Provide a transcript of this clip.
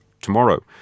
Tomorrow